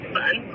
Fun